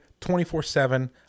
24-7